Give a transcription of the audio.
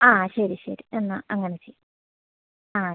ആ ശരി ശരി എന്നാൽ അങ്ങനെ ചെയ്യ് ആ ശരി